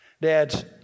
Dads